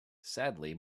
sadly